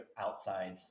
outside